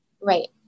Right